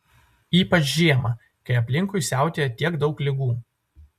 ypač žiemą kai aplinkui siautėja tiek daug ligų